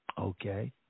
Okay